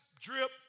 drip